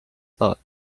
thought